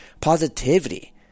Positivity